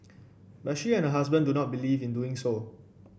but she and her husband do not believe in doing so